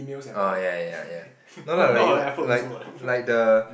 oh ya ya ya no no like like like the